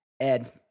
Ed